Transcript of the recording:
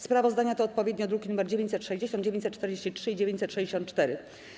Sprawozdania to odpowiednio druki nr 960, 943 i 964.